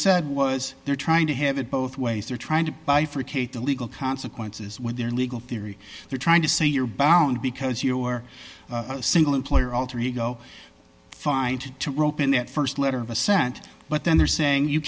said was they're trying to have it both ways they're trying to bifurcate the legal consequences when they're legal theory they're trying to say you're bound because you're single employer alter ego find to rope in that st letter of assent but then they're saying you